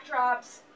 backdrops